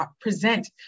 present